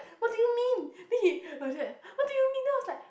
what do you mean then he like that what do you mean now like